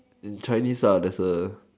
in Chinese ah there's a